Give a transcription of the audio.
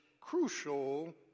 crucial